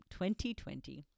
2020